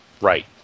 Right